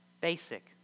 basic